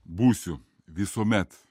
būsiu visuomet